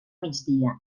migdia